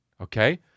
Okay